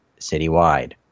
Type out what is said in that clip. citywide